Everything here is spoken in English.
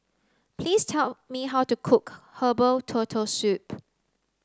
please tell me how to cook Herbal Turtle Soup